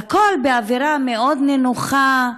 והכול באווירה מאוד נינוחה,